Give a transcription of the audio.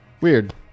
Weird